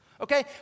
Okay